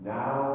now